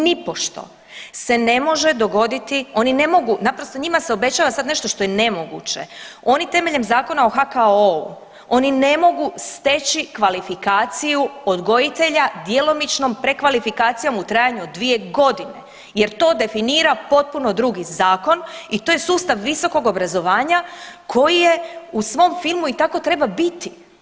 Nipošto se ne može dogoditi oni ne mogu, naprosto njima s obećava sad nešto što je nemoguće, oni temeljem Zakona o HKO-u oni ne mogu steći kvalifikaciju odgojitelja djelomičnom prekvalifikacijom u trajanju od dvije godine jer to definira potpuno drugi zakon i to je sustav visokog obrazovanja koji je u svom filmu i tako treba biti.